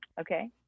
okay